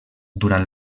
durant